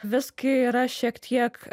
visgi yra šiek tiek